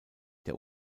der